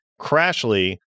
crashly